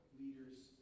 leaders